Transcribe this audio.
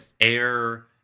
air